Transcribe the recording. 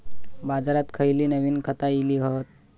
बाजारात खयली नवीन खता इली हत?